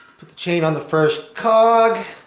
put the chain on the first cog,